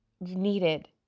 needed